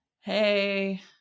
hey